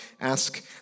ask